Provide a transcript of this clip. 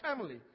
family